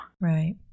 Right